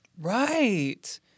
Right